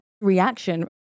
reaction